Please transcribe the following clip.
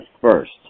first